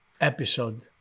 episode